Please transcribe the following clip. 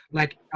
like,